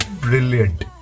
brilliant